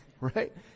right